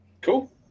Cool